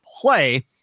play